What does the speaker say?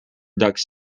ducks